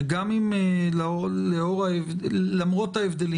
למרות ההבדלים,